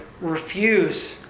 refuse